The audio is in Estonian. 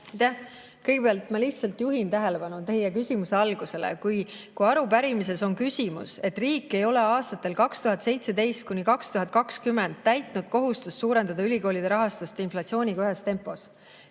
Kõigepealt ma lihtsalt juhin tähelepanu teie küsimuse algusele. Kui arupärimises on küsimus, et riik ei ole aastatel 2017–2020 täitnud kohustust suurendada ülikoolide rahastust inflatsiooniga ühes tempos,